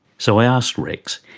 so i asked rex,